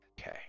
okay